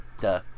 duh